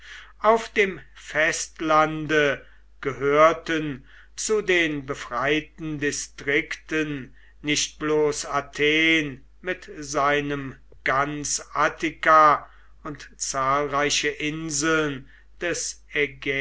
auf dem festlande gehörten zu den befreiten distrikten nicht bloß athen mit seinem ganz attika und zahlreiche inseln des